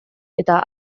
eta